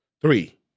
Three